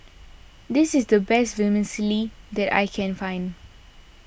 this is the best Vermicelli that I can find